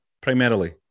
primarily